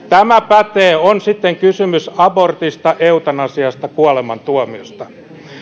tämä pätee on sitten kysymys abortista eutanasiasta tai kuolemantuomiosta